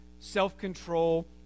self-control